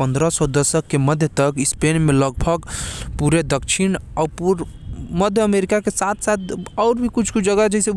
पंद्रह सौ दशक के मध्य तक एमन उत्तरी अमेरिका के साथ साथ कई ठो देश